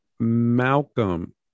Malcolm